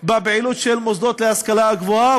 בפעילות של מוסדות ההשכלה הגבוהה,